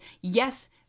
Yes